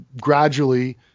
gradually